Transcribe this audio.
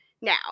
now